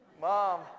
mom